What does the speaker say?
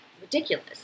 ridiculous